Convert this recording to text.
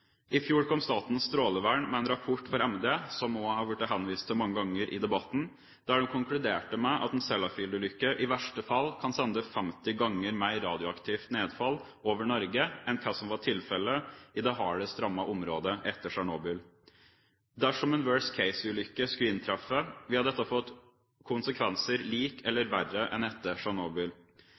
I fjor kom Statens strålevern med en rapport for MD, som det nå har blitt henvist til mange ganger i debatten, der de konkluderte med at en Sellafield- ulykke i verste fall kan sende femti ganger mer radioaktivt nedfall over Norge enn hva som var tilfellet i det hardest rammede området etter Tsjernobyl. Dersom en «worst case»-ulykke skulle inntreffe, ville dette fått konsekvenser lik eller verre enn dem etter